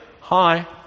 Hi